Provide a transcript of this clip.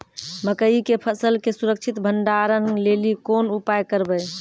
मकई के फसल के सुरक्षित भंडारण लेली कोंन उपाय करबै?